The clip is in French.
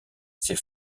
ses